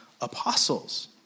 apostles